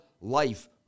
life